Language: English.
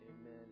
Amen